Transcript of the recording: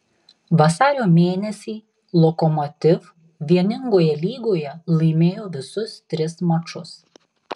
vasario mėnesį lokomotiv vieningoje lygoje laimėjo visus tris mačus